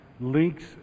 links